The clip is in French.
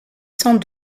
cent